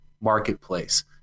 marketplace